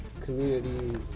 communities